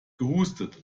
gehustet